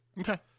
Okay